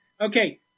Okay